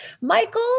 Michael